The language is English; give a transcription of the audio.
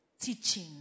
teaching